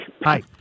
Hi